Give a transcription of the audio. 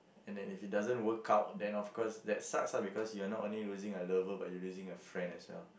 and that if it doesn't works out then of course that sucks lah because you are not only losing a lover but you losing a friend as well